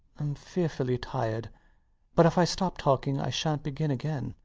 i'm fearfully tired but if i stop talking i shant begin again.